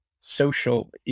social